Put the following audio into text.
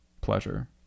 pleasure